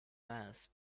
mass